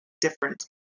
different